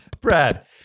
Brad